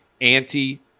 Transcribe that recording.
anti-